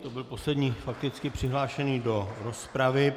To byl poslední fakticky přihlášený do rozpravy.